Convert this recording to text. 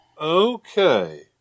Okay